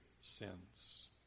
sins